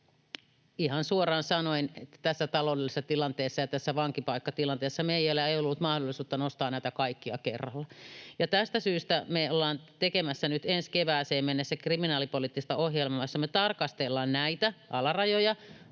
ihan suoraan sanoen todettiin, että tässä taloudellisessa tilanteessa ja tässä vankipaikkatilanteessa meillä ei ollut mahdollisuutta nostaa näitä kaikkia kerralla. Tästä syystä me ollaan tekemässä nyt ensi kevääseen mennessä kriminaalipoliittista ohjelmaa, jossa me tarkastellaan näitä alarajoja